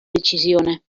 decisione